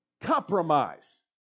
Compromise